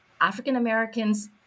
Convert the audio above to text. African-Americans